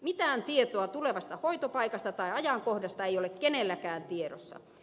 mitään tietoa tulevasta hoitopaikasta tai ajankohdasta ei ole kenelläkään tiedossa